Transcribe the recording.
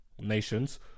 nations